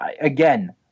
Again